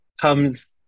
comes